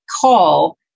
call